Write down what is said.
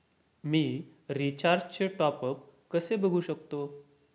मी रिचार्जचे टॉपअप कसे बघू शकतो?